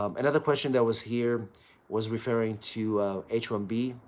um another question that was here was referring to h one b,